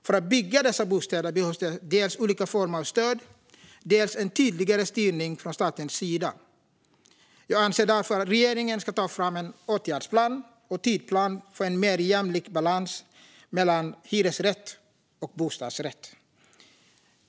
För att bygga dessa bostäder behövs det dels olika former av stöd, dels en tydligare styrning från statens sida. Jag anser därför att regeringen ska ta fram en åtgärdsplan och en tidsplan för en mer jämlik balans mellan hyresrätt och bostadsrätt.